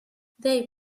they